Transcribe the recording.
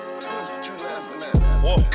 Whoa